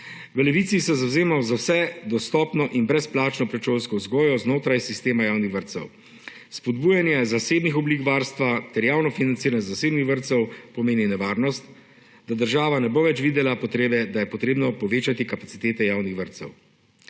V Levici se zavzemamo za vsem dostopno in brezplačno predšolsko vzgojo znotraj sistema javnih vrtcev. Spodbujanje zasebnih oblik varstva ter javno financiranje zasebnih vrtcev pomeni nevarnost, da država ne bo več videla potrebe, da je potrebno povečati kapacitete javnih vrtcev.